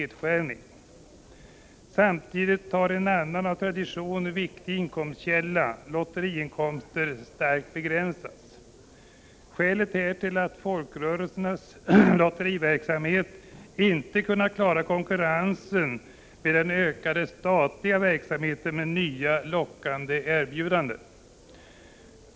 Samtidigt har en annan av tradition viktig inkomstkälla, lotteriinkomsterna, starkt begränsats. Skälet härtill är att folkrörelsernas lottieriverksamhet inte kunnat klara konkurrensen med den ökande statliga verksamheten med nya lockande erbjudanden.